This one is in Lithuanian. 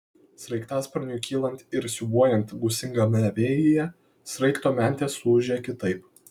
sraigtasparniui kylant ir siūbuojant gūsingame vėjyje sraigto mentės suūžė kitaip